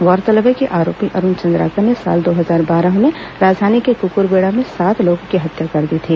गौरतलब है कि आरोपी अरूण चंद्राकर ने साल दो हजार बारह में राजधानी के क्क्रबेड़ा में सात लोगों की हत्या कर दी थी